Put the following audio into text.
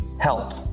help